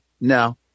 no